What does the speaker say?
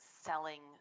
selling